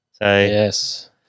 Yes